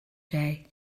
day